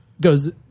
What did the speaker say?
goes